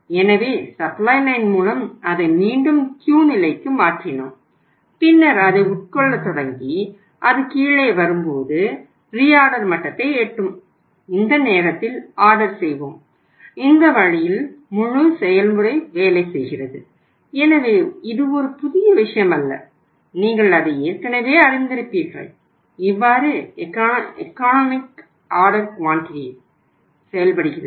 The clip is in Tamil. எனவே சப்ளை லைன் மூலம் அதை மீண்டும் Q நிலைக்கு மாற்றினோம் பின்னர் அதை உட்கொள்ளத் தொடங்கி அது கீழே வரும்போது ரீஆர்டர் செயல்படுகிறது